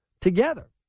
together